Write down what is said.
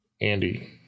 Andy